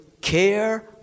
care